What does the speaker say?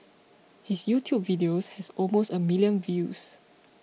his YouTube video has almost a million views